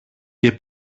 και